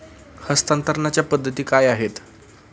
हस्तांतरणाच्या पद्धती काय आहेत?